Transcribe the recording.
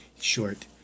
short